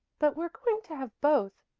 but we're going to have both,